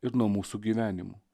ir nuo mūsų gyvenimo